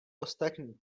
ostatní